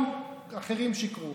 גם אחרים שיקרו.